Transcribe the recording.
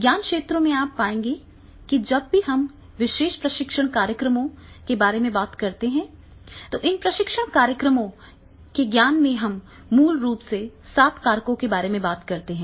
ज्ञान क्षेत्रों में आप पाएंगे कि जब भी हम विशेष प्रशिक्षण कार्यक्रमों के बारे में बात करते हैं तो इन प्रशिक्षण कार्यक्रमों के ज्ञान में हम मूल रूप से सात कारकों के बारे में बात करते हैं